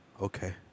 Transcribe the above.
Okay